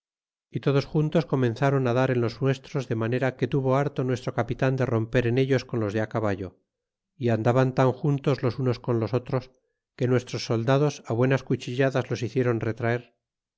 y todos juntos comenzron dar en los nuestros de manera que tuvo harto nuestro capitan de romper en ellos con los de caballo y andaban tan juntos los unos con los otros que nuestros soldados buenas cuchilladas los hicieron retraer